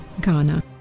Ghana